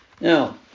Now